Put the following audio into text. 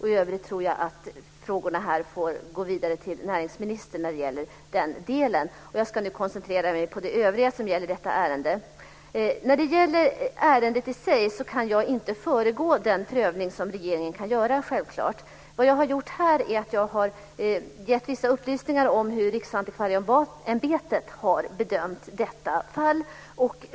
I övrigt tror jag att frågorna här får gå vidare till näringsministern i den delen. Jag ska nu koncentrera mig på det övriga som gäller detta ärende. När det gäller ärendet i sig kan jag självfallet inte föregå den prövning som regeringen kan göra. Vad jag har gjort här är att jag har gett vissa upplysningar om hur Riksantikvarieämbetet har bedömt detta fall.